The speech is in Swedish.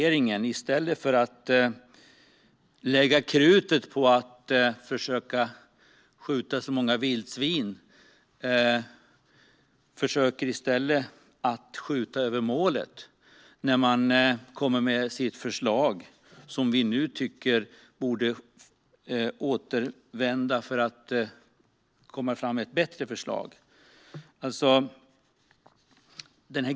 I stället för att lägga krut på att försöka se till att så många vildsvin som möjligt skjuts tycker jag att regeringen skjuter över målet när man kommer med sitt förslag, som vi tycker borde återförvisas, och vi tycker att man ska komma tillbaka med ett bättre förslag.